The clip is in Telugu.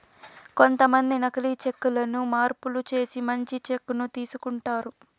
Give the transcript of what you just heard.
కొంతమంది నకీలి చెక్ లను మార్పులు చేసి మంచి చెక్ ను తీసుకుంటారు